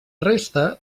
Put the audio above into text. resta